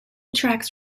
tracks